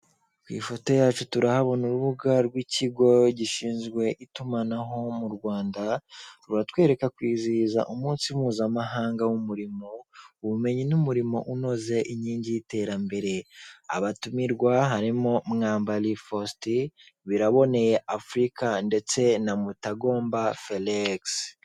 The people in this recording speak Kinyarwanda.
Ku ifoto yacu turahabona urubuga rw'ikigo gishinzwe itumanaho mu Rwanda. Ruratwereka kwizihiza umunsi mpuzamahanga w'umurimo, ubumenyi n'umurimo unoze inkingi y'iterambere. Abatumirwa harimo MWAMBARIFaustin, BIRABONEYE Afurika ndetse na MUTAGOMBA felax.